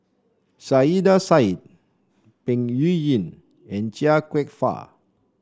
Saiedah Said Peng Yuyun and Chia Kwek Fah